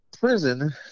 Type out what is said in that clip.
prison